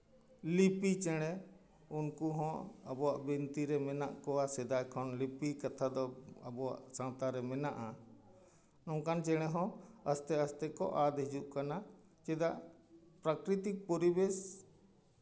ᱞᱤᱯᱤ ᱪᱮᱬᱮ ᱩᱱᱠᱩ ᱦᱚᱸ ᱟᱵᱚᱣᱟᱜ ᱵᱤᱱᱛᱤ ᱨᱮ ᱢᱮᱱᱟᱜ ᱠᱚᱣᱟ ᱥᱮᱫᱟᱭ ᱠᱷᱚᱱ ᱞᱤᱯᱤ ᱠᱟᱛᱷᱟ ᱫᱚ ᱟᱵᱚᱣᱟᱜ ᱥᱟᱶᱛᱟ ᱨᱮ ᱢᱮᱱᱟᱜᱼᱟ ᱱᱚᱝᱠᱟᱱ ᱪᱮᱬᱮ ᱦᱚᱸ ᱟᱥᱛᱮ ᱟᱥᱛᱮ ᱠᱚ ᱟᱫ ᱦᱤᱡᱩᱜ ᱠᱟᱱᱟ ᱪᱮᱫᱟᱜ ᱯᱨᱟᱠᱨᱤᱛᱤᱠ ᱯᱚᱨᱤᱵᱮᱥ